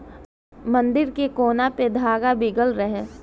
मंदिर के कोना पर धागा बीगल रहे